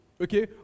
okay